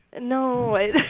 No